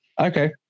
okay